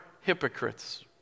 hypocrites